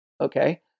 Okay